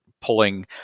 pulling